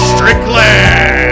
Strickland